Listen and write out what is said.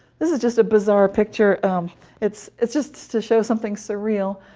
this is just a bizarre picture it's it's just to show something surreal.